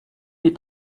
mais